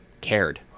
cared